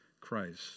Christ